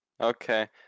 Okay